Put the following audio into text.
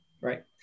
right